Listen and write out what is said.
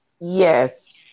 Yes